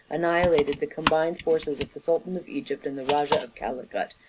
annihilated the combined forces of the sultan of egypt, and the rajah of calicut,